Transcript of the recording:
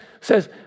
says